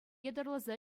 ятарласа